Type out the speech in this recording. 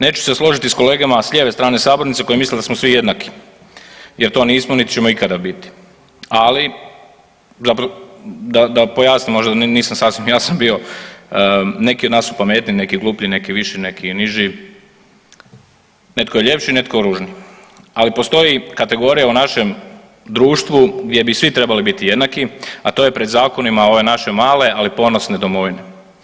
Neću se složiti s kolegama s lijeve strane sabornice koji misle da smo svi jednaki jer to nismo niti ćemo ikada biti, ali da pojasnim možda nisam sasvim jasan bio, neki od nas su pametniji, neki gluplji, neki viši, neki niži, netko je ljepši, netko je ružniji, ali postoji kategorija u našem društvu gdje bi svi trebali biti jednaki, a to je pred zakonima ove naše male ali ponosne domovine.